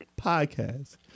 podcast